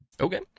Okay